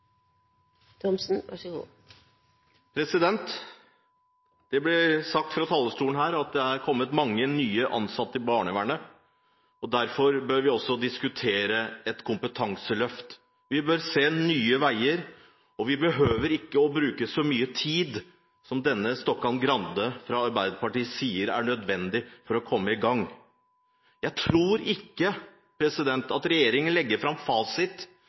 kommet mange nye ansatte i barnevernet, og derfor bør vi også diskutere et kompetanseløft. Vi bør se nye veier, og vi behøver ikke å bruke så mye tid som denne Stokkan-Grande fra Arbeiderpartiet sier er nødvendig for å komme i gang. Jeg tror ikke at regjeringen legger fram